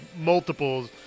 multiples